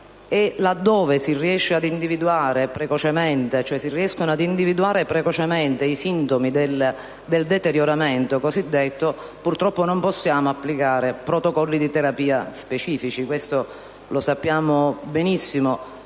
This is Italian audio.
laddove si riescano ad individuare precocemente i sintomi del cosiddetto deterioramento, purtroppo non si possono applicare protocolli di terapia specifici, come sanno benissimo